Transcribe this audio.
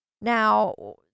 Now